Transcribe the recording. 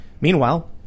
Meanwhile